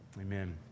amen